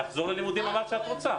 לחזור ללימודים אמרת שאת רוצה?